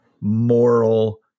moral